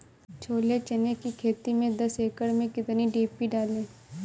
छोले चने की खेती में दस एकड़ में कितनी डी.पी डालें?